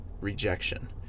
rejection